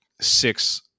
six